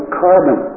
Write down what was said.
carbon